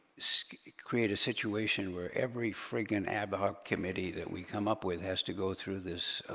so create a situation where every freaking and ad hoc committee that we come up with has to go through this